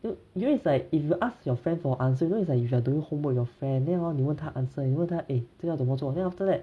yo~ you know it's like if you ask your friends for answer you know it's like if you are doing homework with your friend then hor 你问他 answer 你问他 eh 这个要怎么做 then after that